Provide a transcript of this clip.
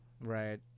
Right